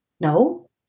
no